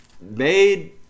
made